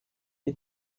you